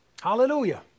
Hallelujah